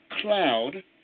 cloud